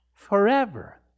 Forever